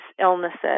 illnesses